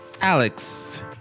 Alex